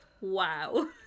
Wow